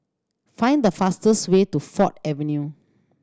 find the fastest way to Ford Avenue